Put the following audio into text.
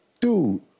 dude